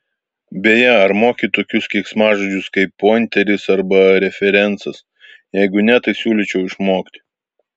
beje ar moki tokius keiksmažodžius kaip pointeris arba referencas jeigu ne tai siūlyčiau išmokti